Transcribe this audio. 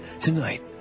tonight